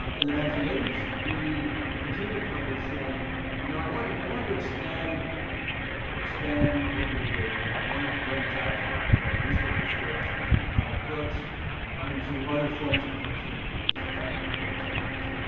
um in the nineteen eighty s, we continued publishing you know, i wanted i wanted to expand expand what we were doing. i wanted to branch out from from newspaper strips and from comic books into other forms of cartooning and these are two good good examples.